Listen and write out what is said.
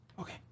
Okay